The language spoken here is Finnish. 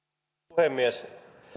puhemies